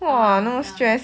ah ya